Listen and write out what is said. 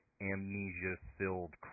amnesia-filled